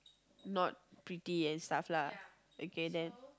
not pretty and stuff lah okay then